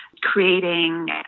Creating